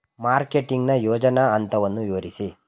Marketing ನ ಯೋಜನಾ ಹಂತವನ್ನು ವಿವರಿಸಿ?